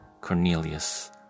Cornelius